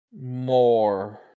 More